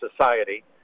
society